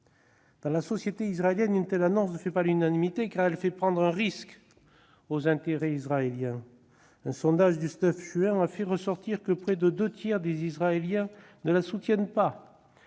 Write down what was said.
Dans la société israélienne, une telle annonce ne fait pas l'unanimité, car elle fait prendre un risque aux intérêts israéliens. Un sondage du 9 juin a fait ressortir que près des deux tiers des Israéliens ne la soutiennent pas,